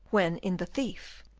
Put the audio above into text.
when in the thief,